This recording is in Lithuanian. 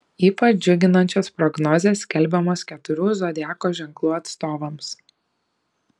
ypač džiuginančios prognozės skelbiamos keturių zodiako ženklų atstovams